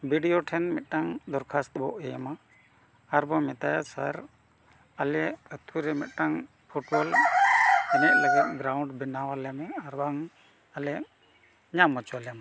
B D O ᱴᱷᱮᱱ ᱢᱤᱫᱴᱟᱝ ᱫᱚᱨᱠᱷᱟᱥᱛᱚ ᱵᱚᱱ ᱮᱢᱟ ᱟᱨᱵᱚᱱ ᱢᱮᱛᱟᱭᱟ ᱥᱟᱨ ᱟᱞᱮ ᱟᱛᱳᱨᱮ ᱢᱤᱫᱴᱟᱝ ᱯᱷᱩᱴᱵᱚᱞ ᱮᱱᱮᱡ ᱞᱟᱹᱜᱤᱫ ᱜᱨᱟᱣᱩᱸᱰ ᱵᱮᱱᱟᱣᱟᱞᱮ ᱢᱮ ᱟᱨ ᱵᱟᱝ ᱟᱞᱮ ᱧᱟᱢ ᱦᱚᱪᱚ ᱞᱮᱢ